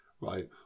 right